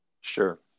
Sure